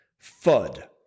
FUD